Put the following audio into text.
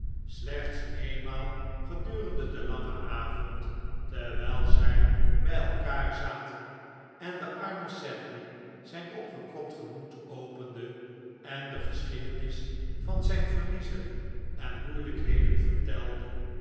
slechts eenmaal gedurende den langen avond terwijl zij bij elkaar zaten en arme sedley zijn opgekropt gemoed opende en de geschiedenis van zijn verliezen en moeilijkheden vertelde